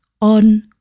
on